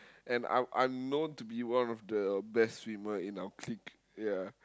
and I'm I'm known to be one of the best swimmer in our clique ya